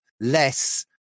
less